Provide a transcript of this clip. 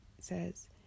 says